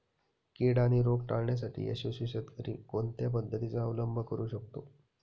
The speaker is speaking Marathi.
कीड आणि रोग टाळण्यासाठी यशस्वी शेतकरी कोणत्या पद्धतींचा अवलंब करू शकतो?